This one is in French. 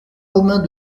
romain